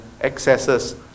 excesses